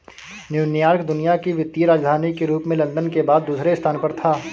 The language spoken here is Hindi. न्यूयॉर्क दुनिया की वित्तीय राजधानी के रूप में लंदन के बाद दूसरे स्थान पर था